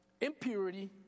impurity